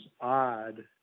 odd